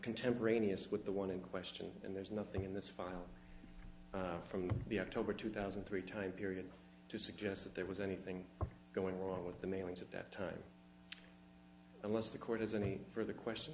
contemporaneous with the one in question and there's nothing in this file from the october two thousand and three time period to suggest that there was anything going wrong with the mailings at that time unless the court has any further question